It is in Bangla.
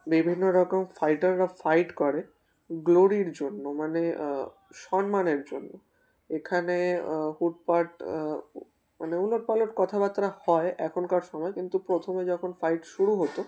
বিভিন্ন রকম ফাইটাররা ফাইট করে গ্লোরির জন্য মানে সম্মানের জন্য এখানে হুটপাট মানে উলটপালট কথাবার্তা হয় এখনকার সময় কিন্তু প্রথমে যখন ফাইট শুরু হতো